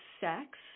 sex